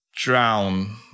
Drown